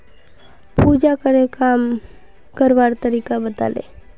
पूजाकरे काम करवार तरीका बताले